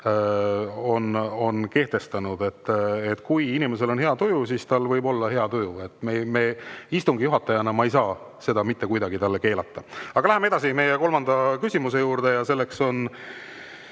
on kehtestanud. Kui inimesel on hea tuju, siis tal võib olla hea tuju. Istungi juhatajana ma ei saa seda mitte kuidagi talle keelata. Aga läheme edasi meie kolmanda küsimuse juurde ja selleks on